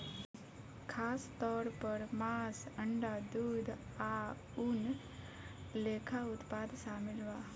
खासतौर पर मांस, अंडा, दूध आ ऊन लेखा उत्पाद शामिल बा